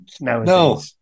No